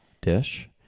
dish